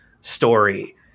story